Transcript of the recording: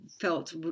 felt